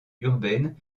urbaines